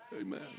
Amen